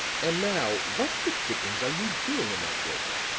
and now, what the dickens are you doing in that rig?